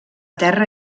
terra